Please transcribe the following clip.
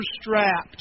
strapped